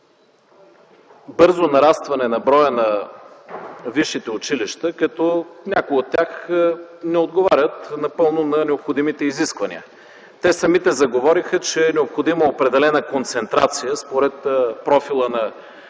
бързо нарастване на броя на висшите училища като някои от тях не отговарят напълно на необходимите изисквания. Те самите заговориха, че е необходима определена концентрация според профила на